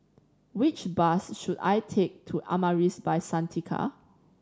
which bus should I take to Amaris By Santika